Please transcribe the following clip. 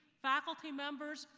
faculty members,